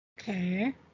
Okay